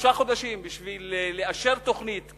שלושה חודשים בשביל לאשר תוכנית.